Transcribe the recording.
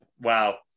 Wow